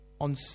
on